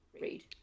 read